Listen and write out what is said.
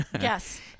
Yes